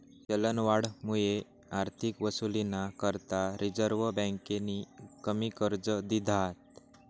चलनवाढमुये आर्थिक वसुलीना करता रिझर्व्ह बँकेनी कमी कर्ज दिधात